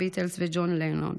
הביטלס וג'ון לנון,